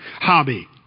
hobby